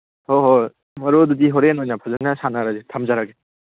ꯍꯣꯏ ꯍꯣꯏ ꯃꯔꯨꯞ ꯑꯗꯨꯗꯤ ꯍꯣꯔꯦꯟ ꯑꯣꯏꯅ ꯐꯖꯅ ꯁꯥꯟꯅꯔꯁꯦ ꯊꯝꯖꯔꯒꯦ